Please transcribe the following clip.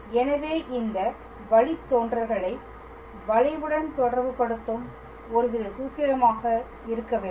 எனவே இந்த வழித்தோன்றல்களை வளைவுடன் தொடர்புபடுத்தும் ஒருவித சூத்திரம் ஆக இருக்க வேண்டும்